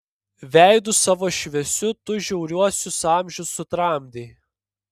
veidu savo šviesiu tu žiauriuosius amžius sutramdei